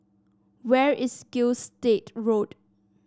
where is Gilstead Road